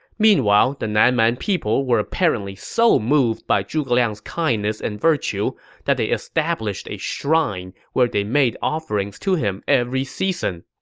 meanwhile, the nan man people were apparently so moved by zhuge liang's kindness and virtue that they established a shrine where they made offerings to him every season.